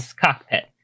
cockpit